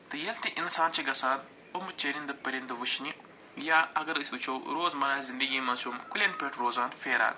تہٕ ییٚلہِ تہِ اِنسان چھِ گَژھان یِمہٕ چٔرِنٛدٕ پٔرِنٛدٕ وٕچھنہِ یا اگر أسۍ وٕچھو روز مراہ زندگی منٛز چھُ یِم کُلٮ۪ن پٮ۪ٹھ روزان پھیران